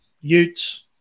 Utes